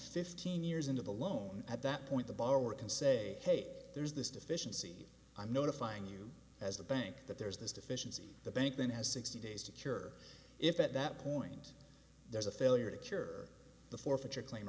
fifteen years into the loan at that point the borrower can say hey there's this deficiency i'm notifying you as the bank that there's this deficiency the bank then has sixty days to cure if at that point there's a failure to cure the forfeiture claim